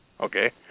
Okay